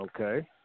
Okay